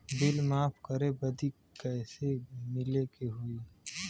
Bill माफ करे बदी कैसे मिले के होई?